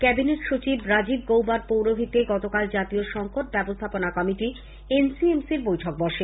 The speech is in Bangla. ক্যাবিনেট সচিব রাজীব গৌবার পৌরোহিত্যে গতকাল জাতীয় সংকট ব্যবস্থাপনা কমিটি এনসিএমসির বৈঠক বসে